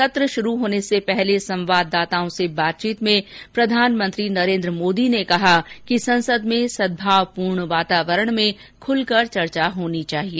सत्र शुरू होने से पहले संवाददाताओं से बातचीत में प्रधानमंत्री नरेन्द्र मोदी ने कहा है कि संसद में सदभावपूर्ण वातावरण में खुलकर चर्चा होनी चाहिए